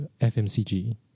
FMCG